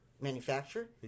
manufacture